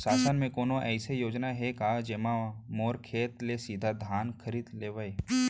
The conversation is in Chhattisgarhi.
शासन के कोनो अइसे योजना हे का, जेमा मोर खेत ले सीधा धान खरीद लेवय?